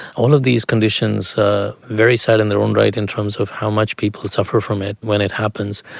all of these conditions are very sad in their own right in terms of how much people suffer from it when it happens.